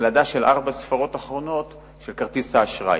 הקלדה של ארבע הספרות האחרונות של כרטיס האשראי.